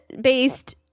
based